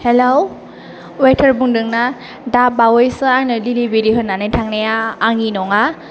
hello weather बुंदों ना दा बावयैसो आंनो दिलिभारि होनानै थांनाया आंनि नङा